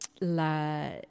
La